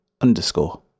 underscore